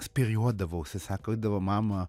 spyriodavausi sako eidavo mama